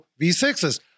V6s